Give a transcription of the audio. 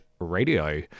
radio